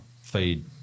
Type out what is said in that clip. feed